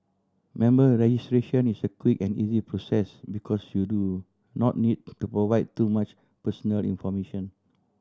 member registration is a quick and easy process because you do not need to provide too much personal information